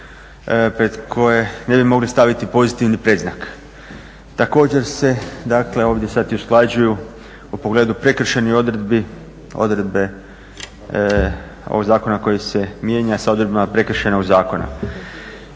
pred koje ne bi mogli staviti pozitivni predznak. Također se ovdje usklađuju sada u pogledu prekršajnih odredbi odredbe ovog zakona koji se mijenja s obzirom na Prekršajni zakon.